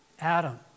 Adam